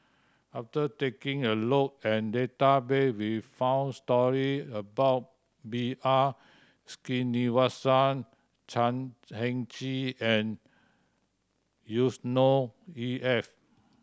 after taking a look at database we found story about B R Sreenivasan Chan Heng Chee and Yusnor E F